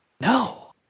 No